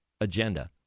agenda